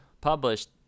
published